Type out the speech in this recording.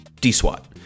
D-SWAT